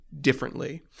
differently